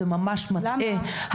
זה ממש מטעה.